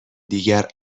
دیگر